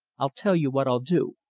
i'll tell you what i'll do.